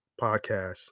podcast